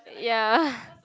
ya